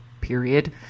period